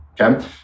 Okay